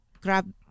grab